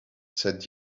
said